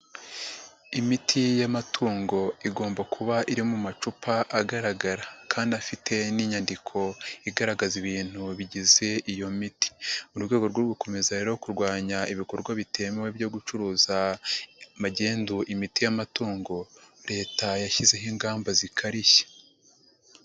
Imiti y'amatungo igomba kuba iri mu macupa agaragara kandi afite n'inyandiko igaragaza ibintu bigize iyo miti. Mu rwego rwo gukomeza rero kurwanya ibikorwa bitemewe byo gucuruza magendu imiti y'amatungo, Leta yashyizeho ingamba zikarishye.